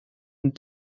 and